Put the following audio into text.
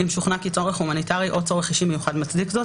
אם שוכנע כי צורך הומניטרי או צורך אישי מיוחד מצדיק זאת,